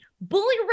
Bully